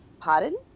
pardon